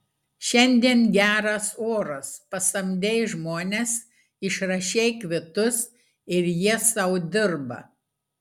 šiandien geras oras pasamdei žmones išrašei kvitus ir jie sau dirba